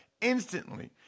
instantly